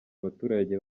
abaturage